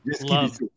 Love